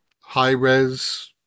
high-res